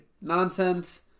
Nonsense